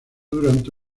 durante